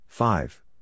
Five